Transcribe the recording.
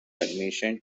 admission